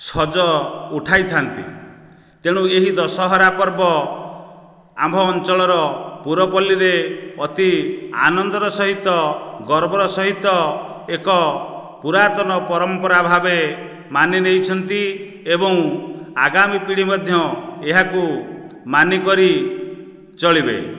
ସଜ ଉଠାଇଥାନ୍ତି ତେଣୁ ଏହି ଦଶହରା ପର୍ବ ଆମ ଅଞ୍ଚଳର ପୁରପଲ୍ଲୀରେ ଅତି ଆନନ୍ଦର ସହିତ ଗର୍ବର ସହିତ ଏକ ପୁରାତନ ପରମ୍ପରା ଭାବେ ମାନିନେଇଛନ୍ତି ଏବଂ ଆଗାମୀ ପିଢ଼ି ମଧ୍ୟ ଏହାକୁ ମାନିକରି ଚଳିବେ